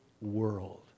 world